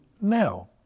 now